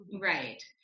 Right